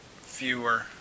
fewer